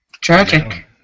Tragic